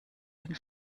den